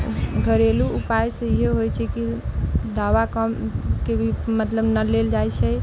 घरेलु उपाय से इहे होइ छै कि दवा कमके भी मतलब न लेल जाइ छै